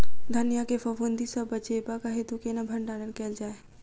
धनिया केँ फफूंदी सऽ बचेबाक हेतु केना भण्डारण कैल जाए?